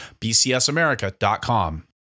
bcsamerica.com